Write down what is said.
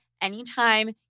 anytime